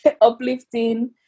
Uplifting